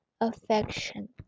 affection